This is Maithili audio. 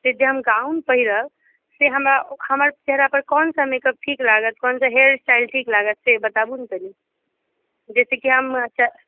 से जे हम गाउन पहिरब से हमर चेहरा पर कोन सा मेकअप ठीक लागत कोन सा हेयर स्टाइल ठीक लागत से बताबू ने कनी जाहिसँ की हम